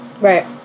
Right